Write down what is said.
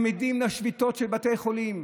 הם עדים לשביתות של בתי חולים,